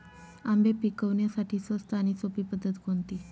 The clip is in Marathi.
आंबे पिकवण्यासाठी स्वस्त आणि सोपी पद्धत कोणती?